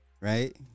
right